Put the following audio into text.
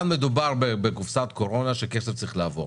בבקשה כאן מדובר בקופסת קורונה שהכסף צריך לעבור,